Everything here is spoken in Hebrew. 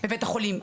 בבית החולים.